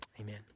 amen